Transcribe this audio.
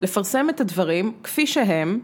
לפרסם את הדברים כפי שהם